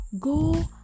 go